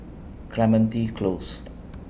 Clementi Close